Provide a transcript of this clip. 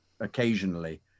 occasionally